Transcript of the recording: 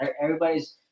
everybody's